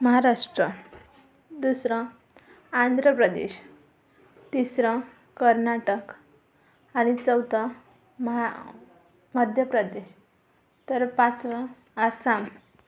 महाराष्ट्र दुसरं आंध्र प्रदेश तिसरं कर्नाटक आणि चौथं महा मध्य प्रदेश तर पाचवं आसाम